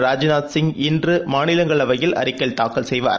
ராஜ்நாத் சிங் இன்று மாநிலங்களவையில் அறிக்கை தாக்கல் செய்வார்